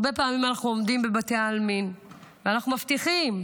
הרבה פעמים אנחנו עומדים בבתי עלמין ואנחנו מבטיחים,